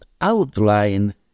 outline